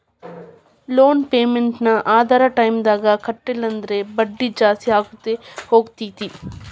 loan payment ನ್ನ ಅದರ್ ಟೈಮ್ದಾಗ್ ಕಟ್ಲಿಲ್ಲಂದ್ರ ಬಡ್ಡಿ ಜಾಸ್ತಿಅಕ್ಕೊತ್ ಹೊಕ್ಕೇತಿ